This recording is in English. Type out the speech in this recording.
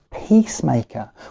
peacemaker